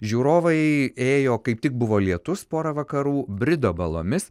žiūrovai ėjo kaip tik buvo lietus porą vakarų brido balomis